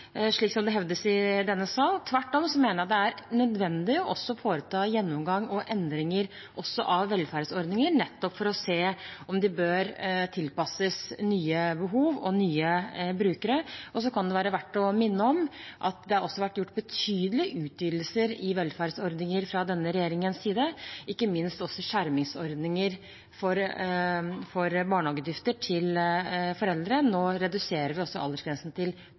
slik det hevdes i denne sal. Tvert om mener jeg det er nødvendig å foreta gjennomgang og endringer også av velferdsordninger, nettopp for å se om de bør tilpasses nye behov og nye brukere. Det kan også være verdt å minne om at det også har vært gjort betydelige utvidelser i velferdsordninger fra denne regjeringens side, ikke minst skjermingsordninger for barnehageutgifter til foreldre. Nå reduserer vi altså aldersgrensen til